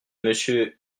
monsieur